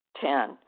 Ten